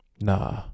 nah